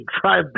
drive